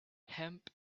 hemp